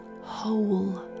whole